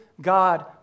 God